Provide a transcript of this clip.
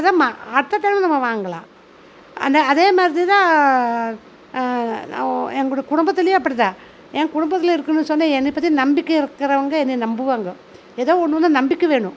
அப்போதான் அடுத்த தடவை நம்ம வாங்கலாம் ஆனால் அதே மாதிரிதான் நான் எங்ககோட குடும்பத்துலையும் அப்படிதான் என் குடும்பத்தில் இருக்குன்னு சொன்னால் என்னையை பற்றி நம்பிக்கை இருக்குறவங்க என்னையை நம்புவாங்க எதோ ஒன்றுல நம்பிக்கை வேணும்